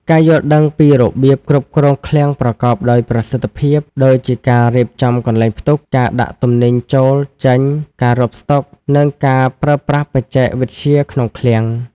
ការយល់ដឹងពីរបៀបគ្រប់គ្រងឃ្លាំងប្រកបដោយប្រសិទ្ធភាព ដូចជាការរៀបចំកន្លែងផ្ទុក ការដាក់ទំនិញចូល-ចេញ ការរាប់ស្តុក និងការប្រើប្រាស់បច្ចេកវិទ្យាក្នុងឃ្លាំង។